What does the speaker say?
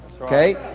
Okay